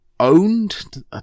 owned